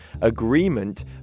agreement